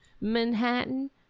Manhattan